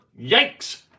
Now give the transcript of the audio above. yikes